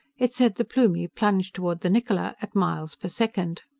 it said the plumie plunged toward the niccola at miles per second.